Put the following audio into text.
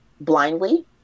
blindly